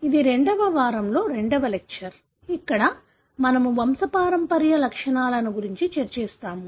ఇది II వ వారంలో రెండవ లెక్చర్ ఇక్కడ మనము వంశపారంపర్య లక్షణాలను గురించి చర్చిస్తాము